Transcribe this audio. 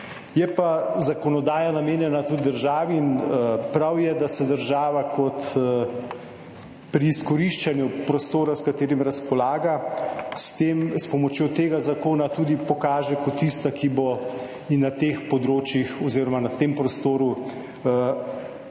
Je pa zakonodaja namenjena tudi državi in prav je, da se država pri izkoriščanju prostora, s katerim razpolaga, s pomočjo tega zakona tudi pokaže kot tista, ki bo na teh področjih oziroma na tem prostoru investirala